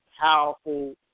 powerful